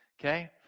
okay